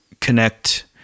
connect